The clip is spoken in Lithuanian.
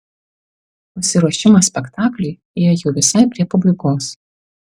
pasiruošimas spektakliui ėjo jau visai prie pabaigos